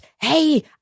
hey